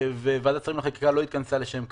וועדת שרים לחקיקה לא התכנסה לשם כן.